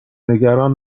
نگران